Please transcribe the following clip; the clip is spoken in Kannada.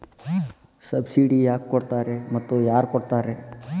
ಸಬ್ಸಿಡಿ ಯಾಕೆ ಕೊಡ್ತಾರ ಮತ್ತು ಯಾರ್ ಕೊಡ್ತಾರ್?